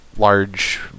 large